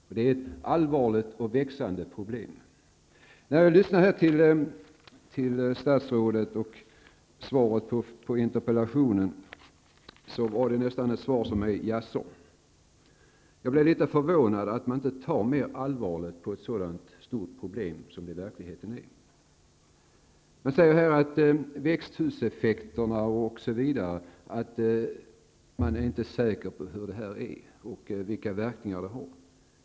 Och det är ett allvarligt och växande problem. Statsrådets svar på interpellationen var nästan bara ett jaså. Jag blev litet förvånad över att statsrådet inte tar mer allvarligt på ett sådant stort problem som detta i verkligheten är. Statsrådet säger att man inte vet vilka verkningar växthuseffekten osv. har.